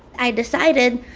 i decided,